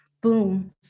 boom